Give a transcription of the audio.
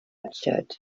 richard